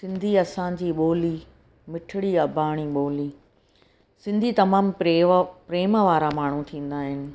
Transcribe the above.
सिंधी असांजी ॿोली मिठड़ी अॿाणी ॿोली सिंधी तमामु प्रेव प्रेम वारा माण्हू थींदा आहिनि